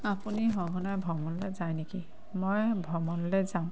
আপুনি সঘনাই ভ্ৰমণলৈ যায় নেকি মই ভ্ৰমণলৈ যাওঁ